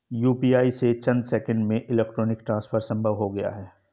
UPI से चंद seconds में इलेक्ट्रॉनिक ट्रांसफर संभव हो गया है